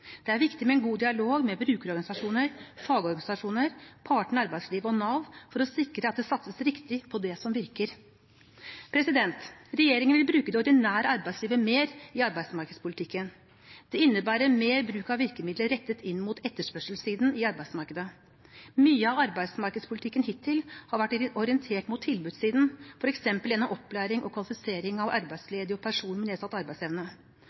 Det er viktig med en god dialog med brukerorganisasjoner, fagorganisasjoner, partene i arbeidslivet og Nav for å sikre at det satses riktig på det som virker. Regjeringen vil bruke det ordinære arbeidslivet mer i arbeidsmarkedspolitikken. Det innebærer mer bruk av virkemidler rettet inn mot etterspørselssiden i arbeidsmarkedet. Mye av arbeidsmarkedspolitikken hittil har vært orientert mot tilbudssiden, f.eks. gjennom opplæring og kvalifisering av arbeidsledige og personer med nedsatt arbeidsevne.